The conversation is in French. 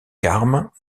carmes